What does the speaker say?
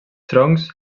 troncs